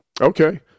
Okay